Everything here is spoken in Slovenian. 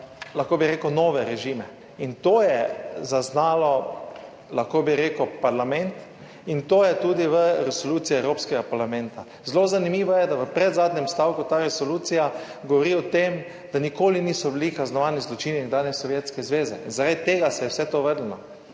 lahko bi rekel, nove režime. In to je zaznalo, lahko bi rekel, parlament in to je tudi v resoluciji Evropskega parlamenta. Zelo zanimivo je, da v predzadnjem stavku ta resolucija govori o tem, da nikoli niso bili kaznovani zločini nekdanje Sovjetske zveze in zaradi tega se je vse to vrnilo,